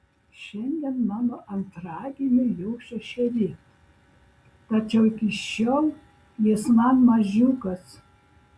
šiandien mano antragimiui jau šešeri tačiau iki šiol jis man mažiukas